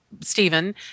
Stephen